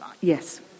yes